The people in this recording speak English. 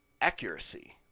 accuracy